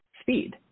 speed